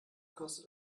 kostet